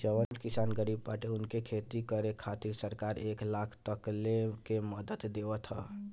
जवन किसान गरीब बाटे उनके खेती करे खातिर सरकार एक लाख तकले के मदद देवत ह